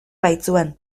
baitzuen